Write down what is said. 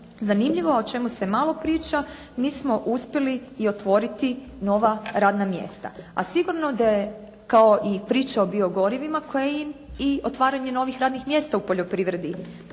zanimljivo, o čemu se malo priča, mi smo uspjeli i otvoriti nova radna mjesta, a sigurno da je kao i priča o biogorivima kao i otvaranje novih radnih mjesta u poljoprivredi